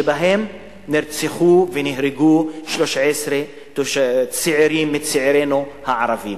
שבהם נרצחו ונהרגו 13 צעירים מצעירינו הערבים,